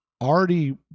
already